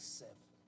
seven